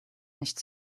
nicht